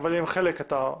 עם חלק אתה מסכים.